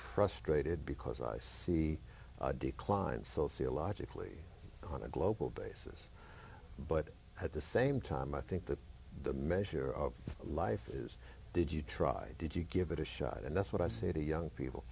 frustrated because i see a decline sociologically on a global basis but at the same time i think that the measure of life is did you try did you give it a shot and that's what i say to young people